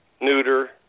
neuter